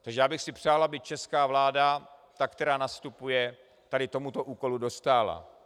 Takže já bych si přál, aby česká vláda, ta, která nastupuje, tady tomuto úkolu dostála.